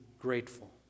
grateful